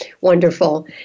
wonderful